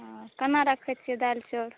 केना रखै छियै दालि चाओर